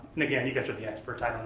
and again, you guys are the experts, i